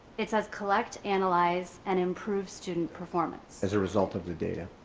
it says collect, analyze and improve student performance as a result of the data?